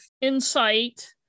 insight